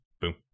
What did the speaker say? Boom